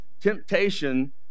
temptation